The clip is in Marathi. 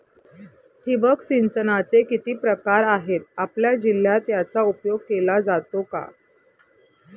ठिबक सिंचनाचे किती प्रकार आहेत? आपल्या जिल्ह्यात याचा उपयोग केला जातो का?